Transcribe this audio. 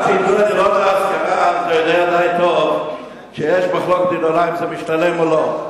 אתה יודע די טוב שיש מחלוקת גדולה אם זה משתלם או לא,